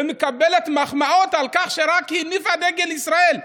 ומקבלת מחמאות על כך שרק הניפה דגל ישראל,